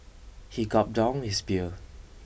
he gulped down his beer